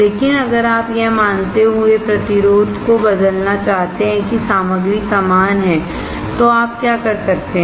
लेकिन अगर आप यह मानते हुए प्रतिरोध को बदलना चाहते हैं कि सामग्री समान है तो आप क्या कर सकते हैं